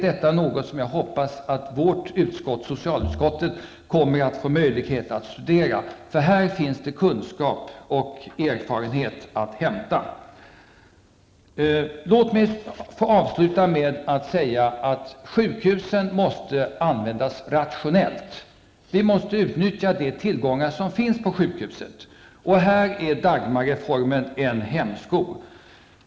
Det hoppas jag att socialutskottet får möjlighet att studera -- här finns det kunskaper och erfarenheter att hämta. Låt mig avsluta med att säga att sjukhusen måste användas rationellt. Vi måste utnyttja de tillgångar som finns på sjukhusen. Här är Dagmarreformen en hämsko.